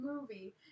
movie